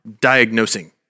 diagnosing